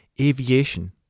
aviation